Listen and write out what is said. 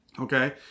Okay